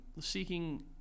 seeking